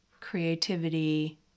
creativity